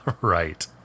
Right